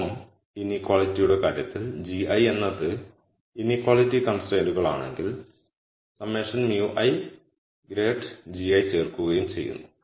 ഒപ്പം ഇനീക്വാളിറ്റിയുടെ കാര്യത്തിൽ gi എന്നത് ഇനീക്വാളിറ്റി കൺസ്ട്രൈയ്ന്റുകളാണെങ്കിൽ μi∇ ചേർക്കുകയും ചെയ്യുന്നു